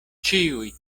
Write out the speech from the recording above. ĉiuj